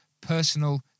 personal